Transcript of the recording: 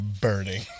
burning